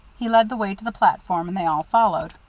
he led the way to the platform, and they all followed.